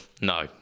No